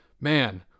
Man